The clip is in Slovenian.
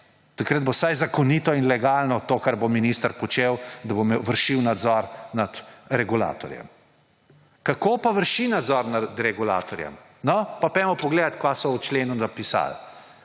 Takrat bo vsaj zakonito in legalno to, kar bo minister počel, da bo vršil nadzor nad regulatorjem. Kako pa vrši nadzor nad regulatorjem? No, pa pojdimo pogledat, kaj so v členu napisali.